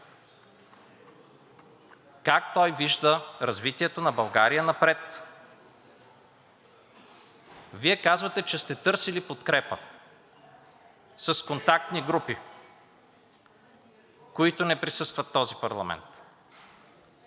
как той вижда развитието на България напред. Вие казвате, че сте търсили подкрепа с контактни групи, които не присъстват в този парламент.